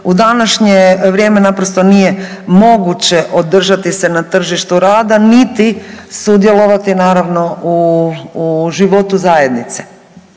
u današnje vrijeme naprosto nije moguće održati se na tržištu rada niti sudjelovati naravno u životu zajednice.